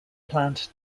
plant